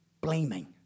blaming